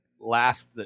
last